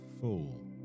Full